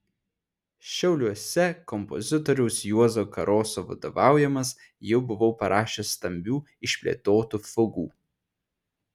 šiauliuose kompozitoriaus juozo karoso vadovaujamas jau buvau parašęs stambių išplėtotų fugų